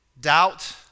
doubt